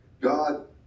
God